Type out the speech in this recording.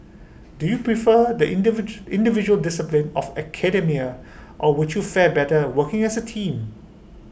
do you prefer the individual individual discipline of academia or would you fare better working as A team